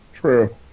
True